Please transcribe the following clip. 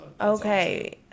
Okay